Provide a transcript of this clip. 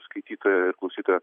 skaitytojo ir klausytojo